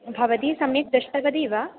भवती सम्यक् दृष्टवती वा